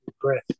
breath